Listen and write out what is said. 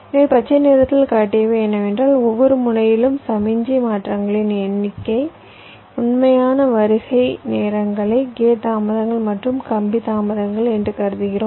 எனவே பச்சை நிறத்தில் காட்டியவை என்னவென்றால் ஒவ்வொரு முனையிலும் சமிக்ஞை மாற்றங்களின் உண்மையான வருகை நேரங்களை கேட் தாமதங்கள் மற்றும் கம்பி தாமதங்கள் என்று கருதுகிறோம்